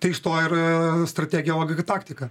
tai iš to ir strategija taktika